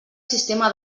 sistema